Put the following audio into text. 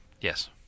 Yes